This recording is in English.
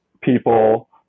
people